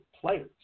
players